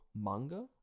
manga